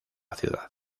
ciudad